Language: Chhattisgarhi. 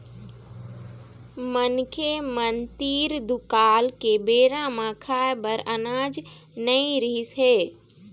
मनखे मन तीर दुकाल के बेरा म खाए बर अनाज नइ रिहिस हे